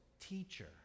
teacher